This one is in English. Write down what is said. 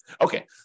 Okay